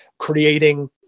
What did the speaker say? creating